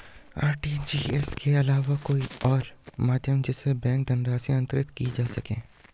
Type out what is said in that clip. RTGS के अलावा कोई और माध्यम जिससे बैंक धनराशि अंतरित की जा सके?